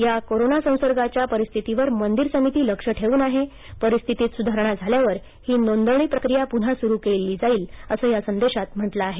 या कोरोना संसर्गाच्या परिस्थितीवर मंदिर समिती लक्ष ठेवून आहे परिस्थितीत सुधारणा झाल्यावर ही नोंदणी प्रक्रिया पुन्हा सुरु केली जाईल असं या संदेशांत म्हटलं आहे